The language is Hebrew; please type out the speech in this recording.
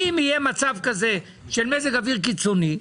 אם יהיה מצב כזה של מזג אוויר קיצוני,